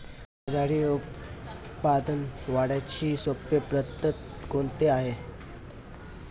बाजरी उत्पादन वाढीची सोपी पद्धत कोणती आहे?